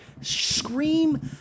scream